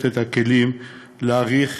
הכלים להעריך